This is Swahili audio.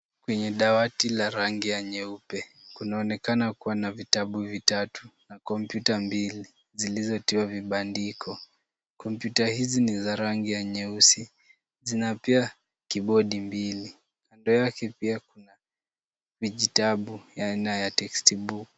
Kwenye dawati la rangi ya nyeupe, kunaonekana kuwa na vitabu vitatu na kompyuta mbili, zilizotiwa vibandiko. Kompyuta hizi ni za rangi ya nyeusi, zina pia kibodi mbili. Kando yake pia kuna vijitabu ya aina ya textbook .